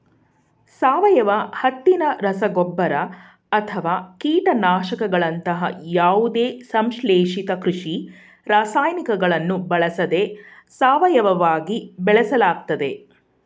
ಸಾವಯವ ಹತ್ತಿನ ರಸಗೊಬ್ಬರ ಅಥವಾ ಕೀಟನಾಶಕಗಳಂತಹ ಯಾವುದೇ ಸಂಶ್ಲೇಷಿತ ಕೃಷಿ ರಾಸಾಯನಿಕಗಳನ್ನು ಬಳಸದೆ ಸಾವಯವವಾಗಿ ಬೆಳೆಸಲಾಗ್ತದೆ